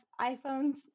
iPhones